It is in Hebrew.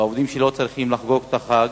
והעובדים שלו צריכים לחגוג את החג.